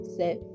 set